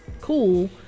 cool